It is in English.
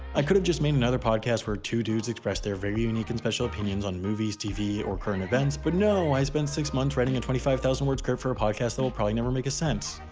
i could have just made another podcast where two dudes express their very unique and special opinions on movies, tv, or current events but no, i spent six months writing a twenty five thousand word script for a podcast that will probably never make a cent.